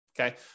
Okay